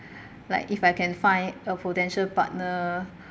like if I can find a potential partner